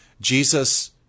Jesus